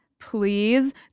Please